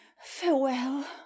farewell